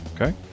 Okay